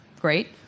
Great